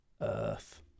earth